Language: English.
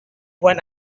when